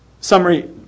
summary